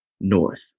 north